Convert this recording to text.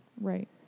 Right